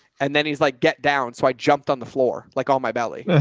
and then he's like, get down. so i jumped on the floor, like all my belly,